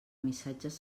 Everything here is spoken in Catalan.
missatges